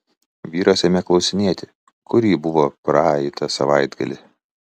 vyras ėmė klausinėti kur ji buvo praeitą savaitgalį